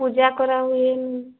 ପୂଜା କରାହୁଏ